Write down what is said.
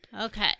Okay